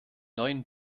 neuen